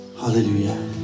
Hallelujah